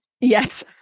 Yes